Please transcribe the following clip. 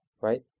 right